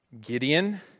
Gideon